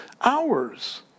hours